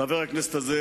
חבר הכנסת הזה